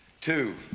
Two